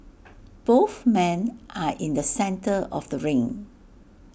both men are in the centre of the ring